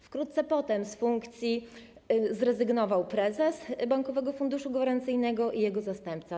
Wkrótce potem z funkcji zrezygnował prezes Bankowego Funduszu Gwarancyjnego i jego zastępca.